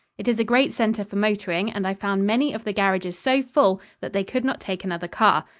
it is a great center for motoring and i found many of the garages so full that they could not take another car.